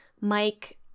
Mike